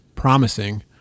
promising